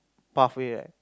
pathway right